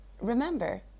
Remember